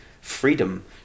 freedom